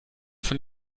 von